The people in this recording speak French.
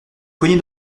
cogné